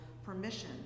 permission